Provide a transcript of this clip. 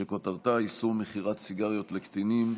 שכותרתה: איסור מכירת סיגריות לקטינים.